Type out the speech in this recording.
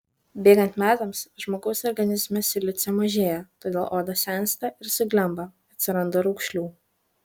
bėgant metams žmogaus organizme silicio mažėja todėl oda sensta ir suglemba atsiranda raukšlių